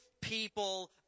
people